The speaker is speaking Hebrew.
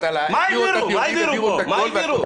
מה העבירו?